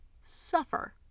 suffer